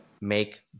make